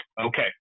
Okay